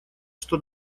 что